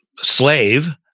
slave